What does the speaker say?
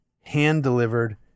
hand-delivered